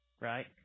right